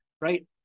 right